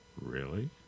Really